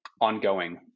ongoing